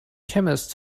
chemist